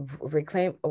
reclaim